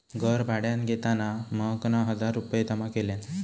घर भाड्यान घेताना महकना हजार रुपये जमा केल्यान